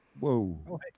Whoa